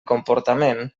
comportament